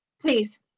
Please